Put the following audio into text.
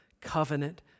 covenant